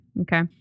Okay